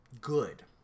good